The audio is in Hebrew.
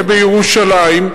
ובירושלים.